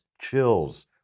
Chills